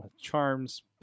charms